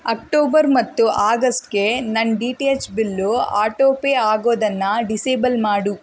October ಮತ್ತು ಆಗಸ್ಟ್ಗೆ ನನ್ನ D T H bill autopay ಆಗೋದನ್ನು ಡಿಸೇಬಲ್ ಮಾಡು